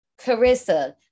Carissa